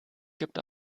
gibt